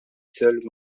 seuls